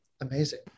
amazing